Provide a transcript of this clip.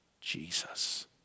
Jesus